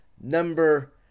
number